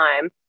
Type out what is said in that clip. time